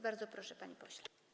Bardzo proszę, panie pośle.